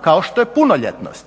kao što je punoljetnost.